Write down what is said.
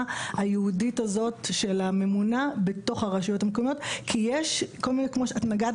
מההכשרה הייעודית הזאת של הממונה בתוך הרשויות המקומיות כי את נגעת